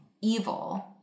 evil